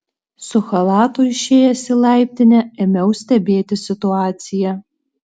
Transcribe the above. su chalatu išėjęs į laiptinę ėmiau stebėti situaciją